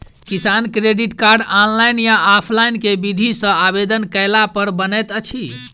किसान credit card, online या offline केँ विधि सँ आवेदन कैला पर बनैत अछि?